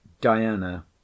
diana